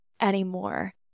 anymore